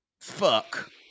Fuck